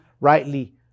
rightly